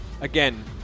Again